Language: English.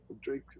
Drake